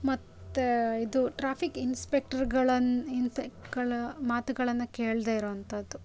ಮತ್ತು ಇದು ಟ್ರಾಫಿಕ್ ಇನ್ಸಪೆಕ್ಟ್ರಗಳನ್ನ ಇನ್ಸಫೆಕ್ಗಳ ಮಾತುಗಳನ್ನು ಕೇಳದೆ ಇರೋ ಅಂಥದ್ದು